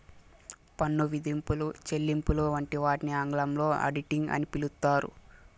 పన్ను విధింపులు, చెల్లింపులు వంటి వాటిని ఆంగ్లంలో ఆడిటింగ్ అని పిలుత్తారు